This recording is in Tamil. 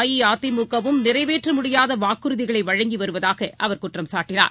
அஇஅதிமுகவும் நிறைவேற்றமுடியாதவாக்குறுதிகளைவழங்கிவருவதாகஅவர் குற்றம் சாட்டினார்